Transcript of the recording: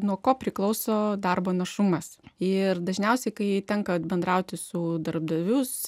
nuo ko priklauso darbo našumas ir dažniausiai kai tenka bendrauti su darbdavius